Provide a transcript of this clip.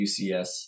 UCS